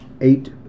Eight